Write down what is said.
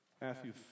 Matthew